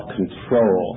control